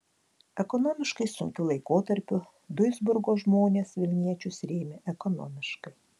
ekonomiškai sunkiu laikotarpiu duisburgo žmonės vilniečius rėmė ekonomiškai